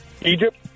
Egypt